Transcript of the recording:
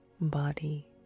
body